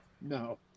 no